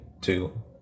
two